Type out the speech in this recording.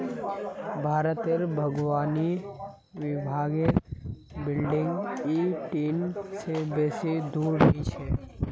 भारतत बागवानी विभागेर बिल्डिंग इ ठिन से बेसी दूर नी छेक